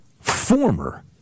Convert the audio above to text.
former